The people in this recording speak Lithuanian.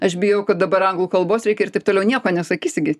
aš bijau kad dabar anglų kalbos reikia ir taip toliau nieko nesakys gi